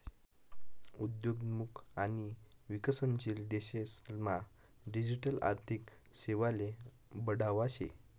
उद्योन्मुख आणि विकसनशील देशेस मा डिजिटल आर्थिक सेवाले बढावा शे